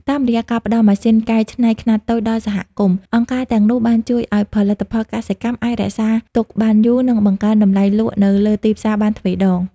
តាមរយៈការផ្ដល់ម៉ាស៊ីនកែច្នៃខ្នាតតូចដល់សហគមន៍ អង្គការទាំងនោះបានជួយឱ្យផលិតផលកសិកម្មអាចរក្សាទុកបានយូរ និងបង្កើនតម្លៃលក់នៅលើទីផ្សារបានទ្វេដង។